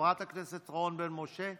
חברת הכנסת רון בן משה,